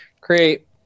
create